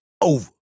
over